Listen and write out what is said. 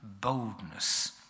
boldness